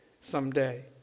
someday